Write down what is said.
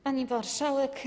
Pani Marszałek!